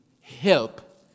help